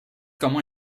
comment